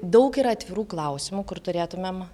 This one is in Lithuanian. daug yra atvirų klausimų kur turėtumėm